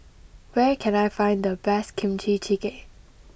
where can I find the best Kimchi Jjigae